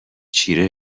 چیره